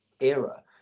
era